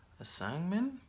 Assignment